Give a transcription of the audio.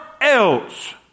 else